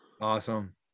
Awesome